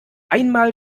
einmal